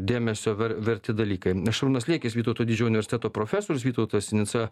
dėmesio verti dalykai šarūnas liekis vytauto didžiojo universiteto profesorius vytautas sinica